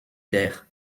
terre